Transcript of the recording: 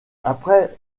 après